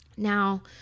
Now